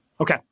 Okay